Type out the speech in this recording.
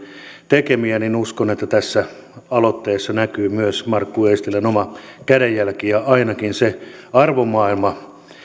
tekemiä uskon että tässä aloitteessa näkyy myös markku eestilän oma kädenjälki ja ainakin se arvomaailma